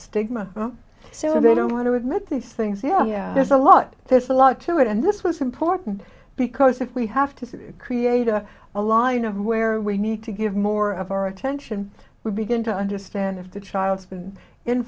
stigma so they don't want to admit these things yeah there's a lot there's a lot to it and this was important because if we have to create a a line of where we need to give more of our attention we begin to understand if the child's been in